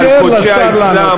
תאפשר לשר לענות